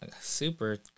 super